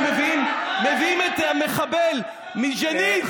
שמביאים את המחבל מג'נין,